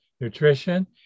nutrition